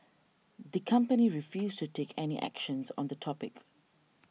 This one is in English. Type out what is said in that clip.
the company refused to take any actions on the topic